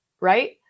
right